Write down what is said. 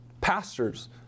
pastors